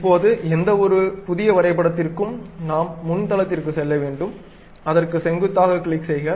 இப்போது எந்தவொரு புதிய வரைபடத்திற்கும் நாம் முன் தளத்திற்குச் செல்ல வேண்டும் அதற்கு செங்குத்தாக கிளிக் செய்க